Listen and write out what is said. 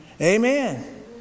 Amen